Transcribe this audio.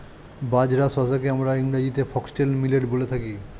বাজরা শস্যকে আমরা ইংরেজিতে ফক্সটেল মিলেট বলে থাকি